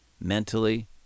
mentally